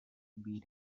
beat